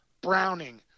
Browning